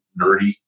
nerdy